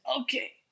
okay